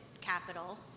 capital